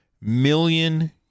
million